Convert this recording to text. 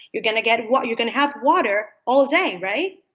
you're going to get what you're going to have water all day. right.